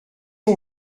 que